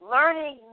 Learning